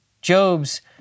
Job's